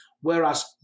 Whereas